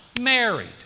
married